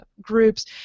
groups